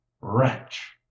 wretch